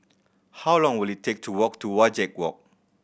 how long will it take to walk to Wajek Walk